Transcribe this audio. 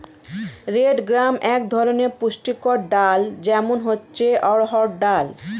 red gram এক ধরনের পুষ্টিকর ডাল, যেমন হচ্ছে অড়হর ডাল